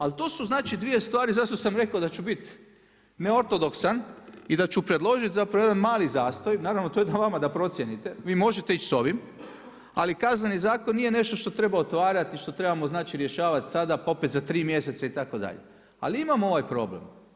Ali to su dvije stvari zašto sam rekao da ću biti ne ortodoksan i da ću predložiti jedan mali zastoj, naravno to je na vama da procijenite, vi možete ići s ovim, ali kazneni zakon nije nešto što treba otvarati, što trebamo rješavati sada pa opet za tri mjeseca itd., ali imamo ovaj problem.